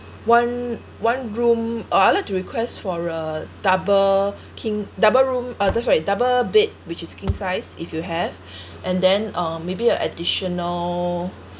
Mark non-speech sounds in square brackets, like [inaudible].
one one room uh I'd like to request for a double [breath] king double room uh that's right double bed which is king size if you have [breath] and then uh maybe a additional